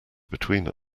between